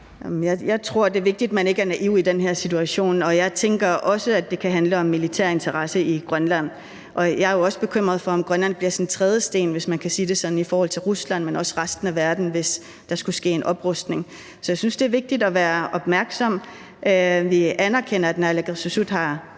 tror, det er vigtigt, at man ikke er naiv i den her situation, og jeg tænker også, at det kan handle om militær interesse i Grønland. Jeg er jo også bekymret for, om Grønland bliver sådan en trædesten, hvis man kan sige det sådan, i forhold til Rusland, men også resten af verden, hvis der skulle ske en oprustning. Så jeg synes, det er vigtigt at være opmærksom. Vi anerkender, at naalakkersuisut har